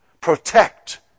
Protect